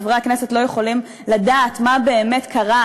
וחברי הכנסת לא יכולים לדעת מה באמת קרה